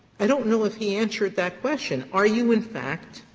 i don't know if he answered that question are you in fact